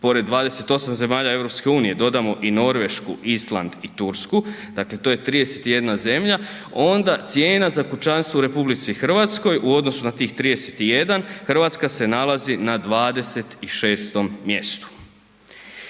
pored 28 zemalja EU dodamo i Norvešku, Island i Tursku, dakle to je 31 zemlja, onda cijena za kućanstvo u RH u odnosu na tih 31, RH se nalazi na 26. mjestu.